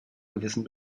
gewissen